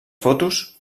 fotos